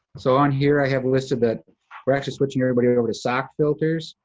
so on here, i have a list of the, we're actually switching everybody over to sock filters.